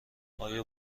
آیا